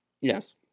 Yes